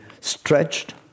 stretched